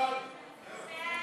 נא